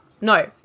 No